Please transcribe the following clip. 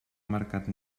mercat